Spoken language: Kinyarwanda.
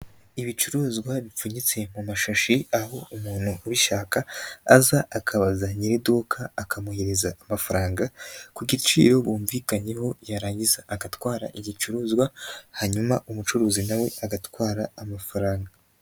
Ibicuruzwa bipfunyitse mu mashashi aho umuntu ubishaka aza akabaza nyir'iduka akamuhereza amafaranga ku giciro bumvikanyeho, yarangiza agatwara igicuruzwa hanyuma umucuruzi nawe agatwara amafaranga.